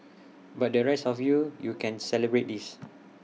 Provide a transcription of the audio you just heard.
but the rest of you you can celebrate this